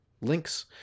links